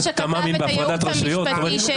--- שכתב את הייעוץ המשפטי שהצגת.